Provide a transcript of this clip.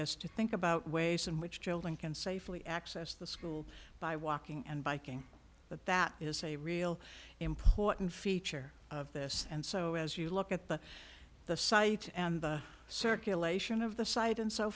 this to think about ways in which children can safely access the school by walking and biking but that is a real important feature of this and so as you look at the the site and the circulation of the site and so